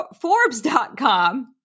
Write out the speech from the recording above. Forbes.com